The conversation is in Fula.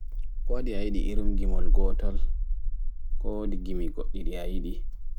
Kowaɗi ayiɗi irin gimol gootol ko woɗi irin gimi ayiɗi